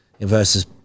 versus